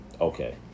Okay